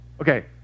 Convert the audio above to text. Okay